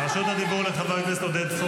הוא מתייחס אליי.